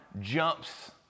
jumps